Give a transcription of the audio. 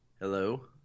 Hello